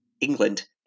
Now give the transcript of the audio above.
England